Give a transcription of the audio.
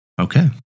okay